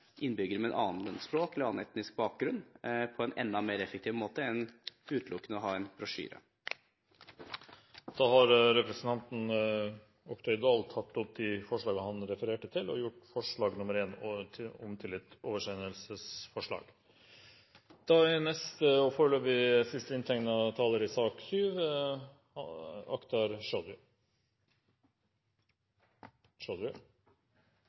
innbyggere med et annet språk eller en annen etnisk bakgrunn på en enda mer effektiv måte enn utelukkende å ha en brosjyre. Representanten André Oktay Dahl har tatt opp de forslagene han refererte til og gjort forslag nr. 1 om til et oversendelsesforslag. Mye godt er sagt om både forslaget som helhet og om forslagene i